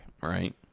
Right